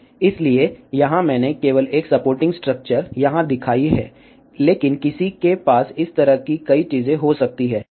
इसलिए यहां मैंने केवल एक सपोर्टिंग स्ट्रक्चर यहां दिखाई है लेकिन किसी के पास इस तरह की कई चीजें हो सकती हैं